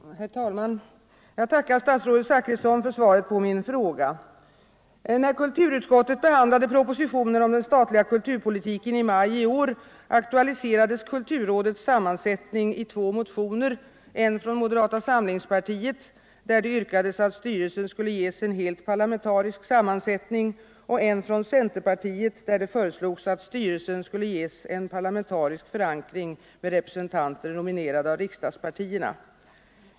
Herr talman! Jag tackar statsrådet Zachrisson för svaret på min fråga. När kulturutskottet behandlade propositionen om den statliga kulturpolitiken i maj i år, aktualiserades kulturrådets sammansättning i två motioner, en från moderata samlingspartiet, där det yrkades att styrelsen skulle ges en helt parlamentarisk sammansättning, och en från centerpartiet, där det föreslogs att styrelsen skulle ges en parlamentarisk förankring med representanter nominerade av riksdagspartierna.